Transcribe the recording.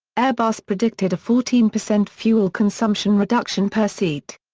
airbus predicted a fourteen percent fuel consumption reduction per seat.